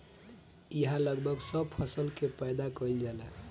इहा लगभग सब फसल के पैदा कईल जाला